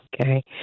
Okay